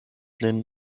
lin